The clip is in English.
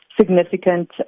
significant